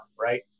right